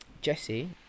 Jesse